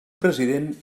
president